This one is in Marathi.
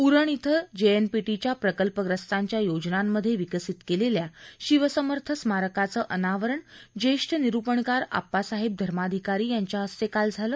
उरण इथं जे एनपीटीच्या प्रकल्पग्रस्तांच्या योजनांमध्ये विकसित केलेल्या शिवसमर्थ स्मारकाचं अनावरण ज्येष्ठ निरूपणकार आप्पासाहेब धर्माधिकारी यांच्या हस्ते काल झालं